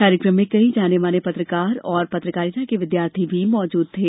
कार्यक्रम में कई जाने माने पत्रकार और पत्रकारिता के विद्यार्थी भी मौजूद थे